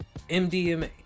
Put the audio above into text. MDMA